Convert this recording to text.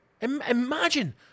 imagine